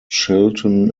chilton